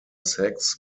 sex